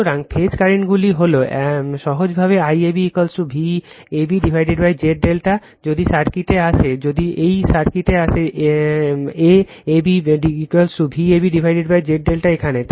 সুতরাং ফেজ কারেন্টগুলি হল সহজভাবে IAB VabZ ∆ যদি সার্কিটে আসে যদি এই সার্কিটে আসে A AB VabZ ∆ এখানে